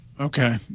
Okay